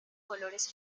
colores